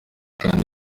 kandi